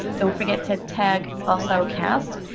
don't forget to tag also cast.